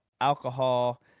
alcohol